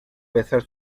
besar